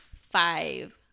five